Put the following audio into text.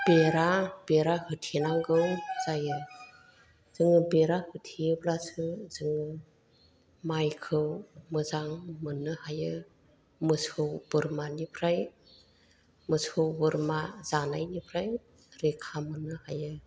बेरा बेरा होथेनांगौ जायो जोङो बेरा होथेयोब्लासो जोङो माइखौ मोजां मोननो हायो मोसौ बोरमानिफ्राय मोसौ बोरमा जानायनिफ्राय रैखा मोननो हायो